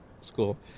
school